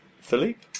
Philippe